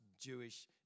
Jewish